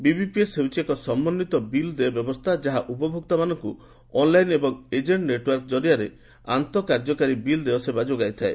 BBPS ହେଉଛି ଏକ ସମନ୍ୱିତ ବିଲ୍ ଦେୟ ବ୍ୟବସ୍ଥା ଯାହା ଉପଭୋକ୍ତମାନାଙ୍କ ଅନ୍ଲାଇନ୍ ଏବଂ ଏଜେଣ୍ଟ ନେଟୱର୍କ ଜରିଆରେ ଆନ୍ତଃ କାର୍ଯ୍ୟକାରୀ ବିଲ୍ ଦେୟ ସେବା ଯୋଗାଇଥାଏ